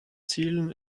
zielen